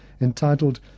entitled